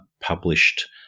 published